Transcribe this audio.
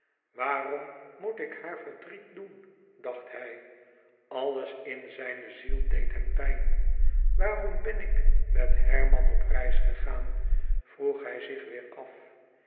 waarom moet ik haar verdriet doen dacht hij alles in zijne ziel deed hem pijn waarom ben ik met herman op reis gegaan vroeg hij zich weêr af